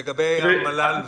לגבי המל"ל ותפקידו.